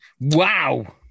wow